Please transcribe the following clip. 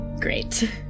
great